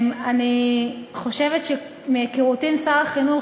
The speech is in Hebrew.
אני חושבת מהיכרותי עם שר החינוך,